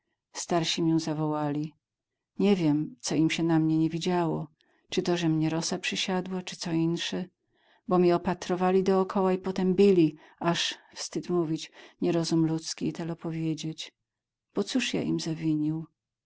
mię zawołali nie wiem co im sie na mnie nie widziało czy to że mnie rosa przysiadła czy co insze bo mię opatrowali dookoła i potem bili aż wstyd mówić nierozum ludzki i telo powiedzieć bo cóż ja im zawinił